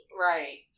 Right